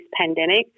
pandemic